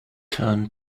turn